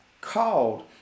called